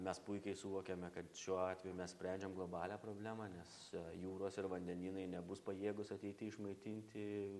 mes puikiai suvokiame kad šiuo atveju mes sprendžiam globalią problemą nes jūros ir vandenynai nebus pajėgūs ateity išmaitinti